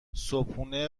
صبحونه